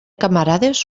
camarades